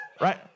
Right